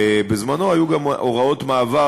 בזמנו היו גם הוראות מעבר.